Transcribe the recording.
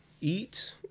eat